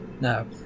No